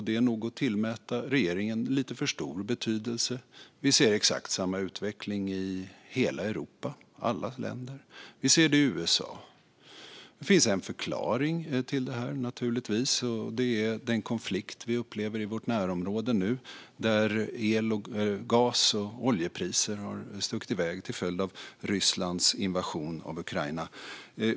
Det är nog att tillmäta regeringen lite för stor betydelse. Vi ser exakt samma utveckling i alla länder i hela Europa. Vi ser det i USA. Det finns naturligtvis en förklaring till detta. Det är den konflikt vi nu upplever i vårt närområde där el, gas och oljepriser har stuckit iväg till följd av Rysslands invasion av Ukraina.